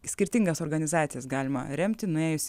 skirtingas organizacijas galima remti nuėjus